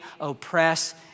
oppress